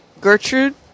Gertrude